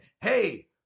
hey